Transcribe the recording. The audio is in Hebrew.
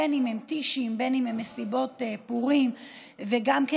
בין שהן טישים ובין שהן מסיבות פורים,